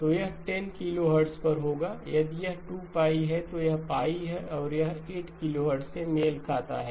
तो यह 10 किलोहर्ट्ज़ पर होगा यदि यह 2 है तो यह π है और यह 8 किलोहर्ट्ज़ से मेल खाता है